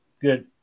good